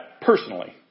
personally